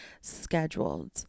scheduled